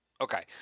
Okay